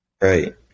Right